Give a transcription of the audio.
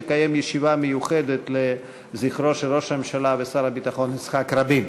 נקיים ישיבה מיוחדת לזכרו של ראש הממשלה ושר הביטחון יצחק רבין.